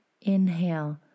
Inhale